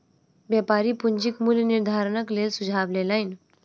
व्यापारी पूंजीक मूल्य निर्धारणक लेल सुझाव लेलैन